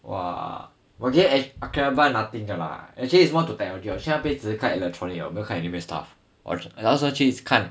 !wah! 我觉得 akhihabara nothing 的 lah actually if want to technology 我去那边只是看 electronic 的我没有看 anime stuff 我那时候去看